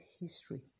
history